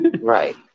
Right